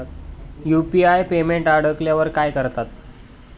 UPI payment अडकल्यावर काय करतात?